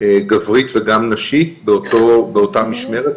גברי וגם נשי באותה משמרת,